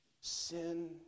Sin